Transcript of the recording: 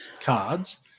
cards